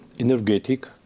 Energetic